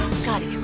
Scotty